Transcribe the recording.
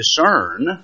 discern